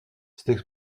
cette